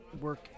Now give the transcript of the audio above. work